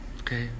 Okay